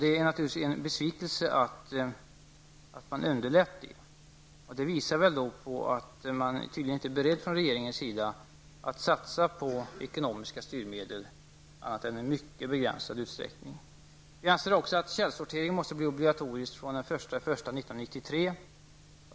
Det är naturligtvis en besvikelse att man underlåter det. Det visar väl att man från regeringens sida inte är beredd att satsa på ekonomiska styrmedel annat än i mycket begränsad utsträckning. Vi anser också att källsortering måste bli obligatorisk från den 1 januari 1993.